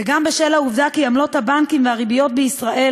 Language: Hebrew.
וגם בשל העובדה שעמלות הבנקים והריביות בישראל